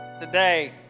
Today